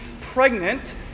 pregnant